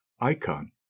icon